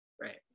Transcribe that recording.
Right